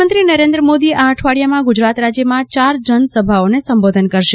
પ્રધાનમંત્રી નરેન્દ્ર મોદી આ અઠવાડિયામાં ગુજરાત રાજ્યમાં ચાર જનસભાઓમાં સંબોધન કરશે